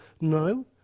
No